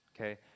Okay